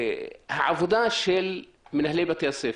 העבודה של מנהלי בתי הספר,